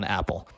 Apple